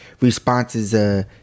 responses